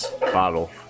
bottle